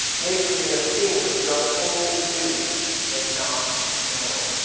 nature being a thing which doeth only do and not know,